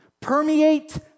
permeate